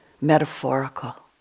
metaphorical